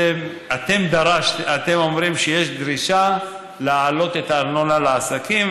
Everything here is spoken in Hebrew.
אתם אומרים שיש דרישה להעלות את הארנונה לעסקים,